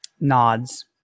nods